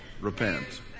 Repent